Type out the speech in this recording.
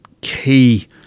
key